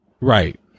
Right